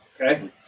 Okay